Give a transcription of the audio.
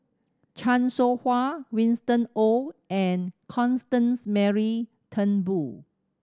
Chan Soh Ha Winston Oh and Constance Mary Turnbull